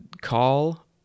call